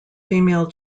female